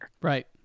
Right